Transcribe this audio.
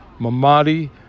Mamadi